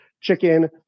chicken